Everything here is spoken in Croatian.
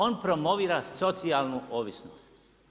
On promovira socijalnu ovisnost.